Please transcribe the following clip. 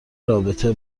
رابطه